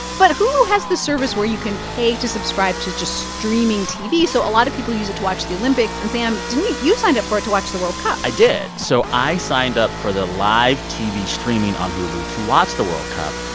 but hulu has the service where you can pay to subscribe to just streaming tv, so a lot of people use it to watch the olympics. and, sam, didn't you you signed up for it to watch the world cup i did. so i signed up for the live tv streaming on hulu to watch the world cup.